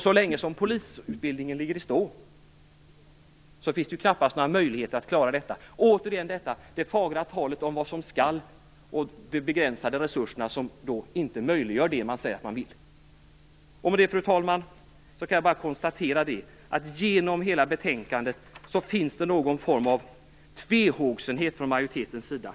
Så länge polisutbildningen ligger i stå finns det knappast några möjligheter att klara detta. Det är samma sak återigen: Det talas fagert om vad som skall ske, men de begränsade resurserna möjliggör inte det man säger att man vill. Fru talman! Jag kan bara konstatera att det genom hela betänkandet uttrycks en form av tvehågsenhet från majoritetens sida.